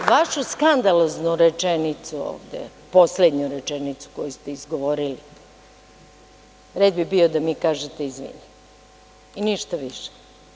Za vašu skandaloznu rečenicu ovde, poslednju rečenicu koju ste izgovorili, red bi bio da mi kažete – izvinite, i ništa više.